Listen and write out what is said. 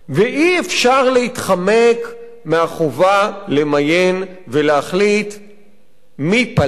אי-אפשר להתחמק מהחובה למיין ולהחליט מי פליט,